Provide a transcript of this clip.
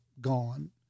gone